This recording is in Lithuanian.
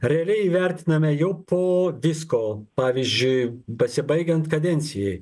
realiai vertiname jau po visko pavyzdžiui pasibaigiant kadencijai